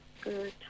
Good